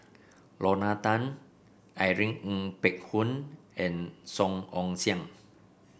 Lorna Tan Irene Ng Phek Hoong and Song Ong Siang